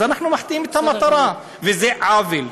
אז אנחנו מחטיאים את המטרה, וזה עוול.